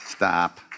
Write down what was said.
Stop